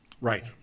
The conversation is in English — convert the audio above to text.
Right